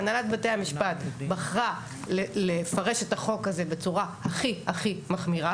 והנהלת בתי המשפט בחרה לפרש את החוק הזה בצורה הכי מחמירה.